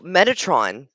Metatron